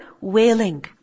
wailing